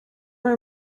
were